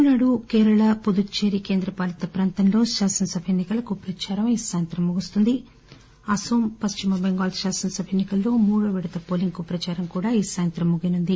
తమిళనాడు కేరళ పుదుచ్చేరి కేంద్రపాలిత ప్రాంతంలో శాసనసభ ఎన్ని కలకు ప్రచారం ఈ సాయంత్రం ముగుస్తుంది అనోం పశ్చిమ బెంగాల్ శాసనసభ ఎన్ని కల్లో మూడో విడత పోలింగ్కు ప్రచారం కూడా ఈ సాయంత్రం ముగియనుంది